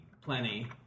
plenty